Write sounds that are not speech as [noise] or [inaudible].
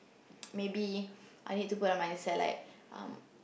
[noise] maybe I need to put on myself like um